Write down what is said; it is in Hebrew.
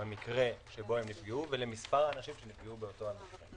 במקרה שבו הם נפגעו ולמספר האנשים שנפגעו באותו אירוע.